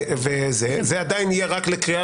יש דיון קבוע וזה עדיין יהיה רק לקריאה